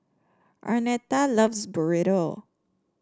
Arnetta loves Burrito